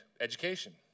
education